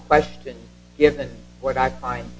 question given what i find